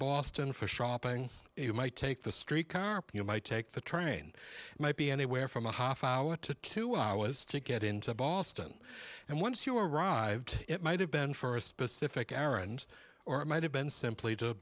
boston for shopping you might take the street car you might take the train might be anywhere from a half hour to two hours to get into boston and once you arrived it might have been for a specific errand or it might have been simply to